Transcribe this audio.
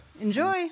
Enjoy